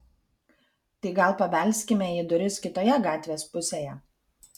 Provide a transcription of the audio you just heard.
tai gal pabelskime į duris kitoje gatvės pusėje